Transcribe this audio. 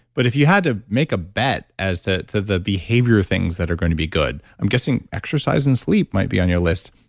but if you had to make a bet as to to the behavior things that are going to be good. i'm guessing exercise and sleep might be on your list.